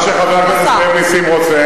מה שחבר הכנסת נסים זאב רוצה,